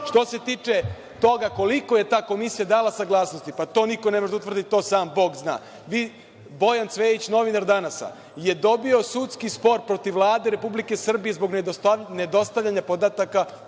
Što se tiče toga koliko je ta komisija dala saglasnosti, pa to niko ne može da utvrdi, to sam bog zna. Bojan Cvejić, novinar „Danasa“, dobio je sudski spor protiv Vlade Republike Srbije zbog nedostavljanja podataka